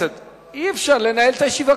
אי-אפשר לנהל את הישיבה,